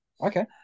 Okay